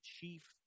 chief –